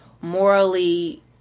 morally